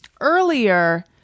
Earlier